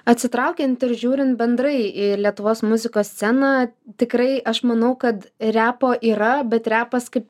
atsitraukiant ir žiūrint bendrai į lietuvos muzikos sceną tikrai aš manau kad repo yra bet repas kaip